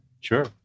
Sure